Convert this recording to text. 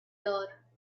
door